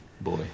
boy